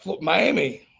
Miami